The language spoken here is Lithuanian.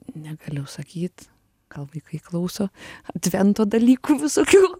negaliu sakyt gal vaikai klauso advento dalykų visokių